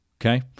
Okay